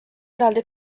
eraldi